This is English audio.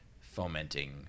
fomenting